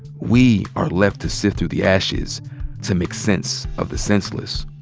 we are left to sift through the ashes to make sense of the senseless.